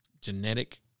Genetic